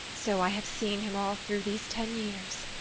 so i have seen him all through these ten years.